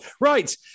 Right